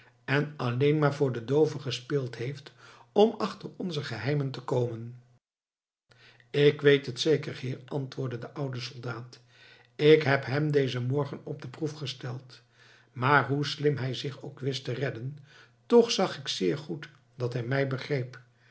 en alleen maar voor den doove gespeeld heeft om achter onze geheimen te komen ik weet het zeker heer antwoordde de oude soldaat ik heb hem dezen morgen op de proef gesteld maar hoe slim hij zich ook wist te redden toch zag ik zeer goed dat hij mij begreep